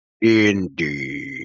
Indeed